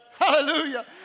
Hallelujah